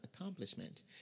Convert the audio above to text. accomplishment